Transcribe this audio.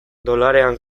dolarean